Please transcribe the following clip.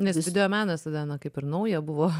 nes videomenas tada na kaip ir nauja buvo